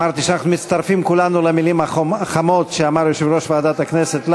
אמרתי שאנחנו מצטרפים כולנו למילים החמות שאמר לך יושב-ראש ועדת הכנסת,